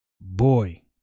Boy